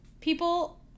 people